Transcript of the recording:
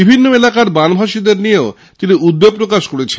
বিভিন্ন এলাকার বানভাসীদের নিয়েও তিনি উদ্বেগ প্রকাশ করেছেন